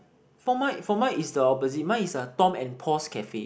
for mine for mine it's the opposite mine is a Tom and Paul's cafe